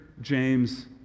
James